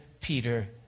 Peter